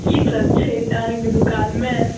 की सब छै एत्तऽ अहीँके दुकानमे